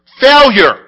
Failure